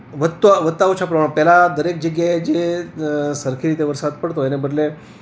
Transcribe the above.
વધતાં વધતાં ઓછા પ્રમાણ પેહલાં દરેક જગ્યાએ જે સરખી રીતે વરસાદ પડતો એને બદલે